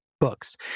books